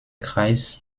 kreis